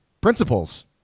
principles